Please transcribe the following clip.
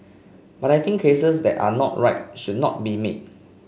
but I think cases that are not right should not be made